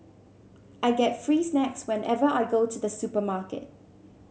I get free snacks whenever I go to the supermarket